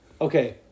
okay